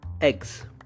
eggs